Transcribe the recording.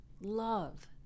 love